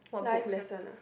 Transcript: life lesson ah